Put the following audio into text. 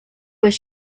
was